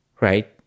right